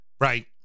Right